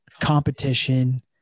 competition